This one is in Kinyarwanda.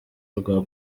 rwa